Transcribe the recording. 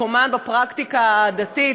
מקומן בפרקטיקה הדתית,